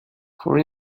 for